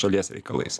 šalies reikalais